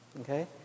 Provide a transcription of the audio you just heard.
Okay